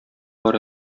бар